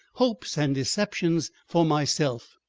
hopes and deceptions for myself.